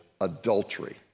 adultery